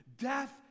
Death